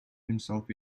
himself